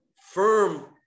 firm